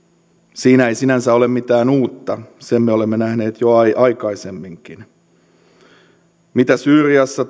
siinä ei sinänsä ole mitään uutta sen me olemme nähneet jo aikaisemminkin mitä syyriassa